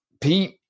Pete